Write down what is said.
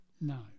No